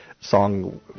song